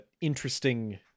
interesting